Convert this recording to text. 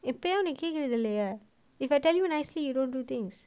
இப்பயும்நீகேக்கறதுஇல்லையே:ippadiyum ni kekkuradhu illaiye if I tell you nicely you don't do things